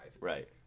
Right